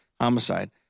homicide